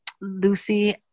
Lucy